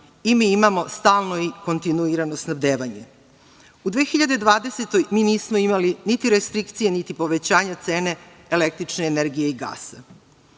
Mi imamo stalno kontinuirano snabdevanje. U 2020. godini mi nismo imali restrikcije, niti povećanje cene električne energije i gasa. Ono